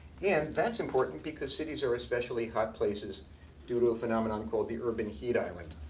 and that's important because cities are especially hot places due to a phenomenon called the urban heat island.